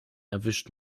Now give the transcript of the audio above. erwischt